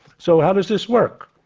so how does this work?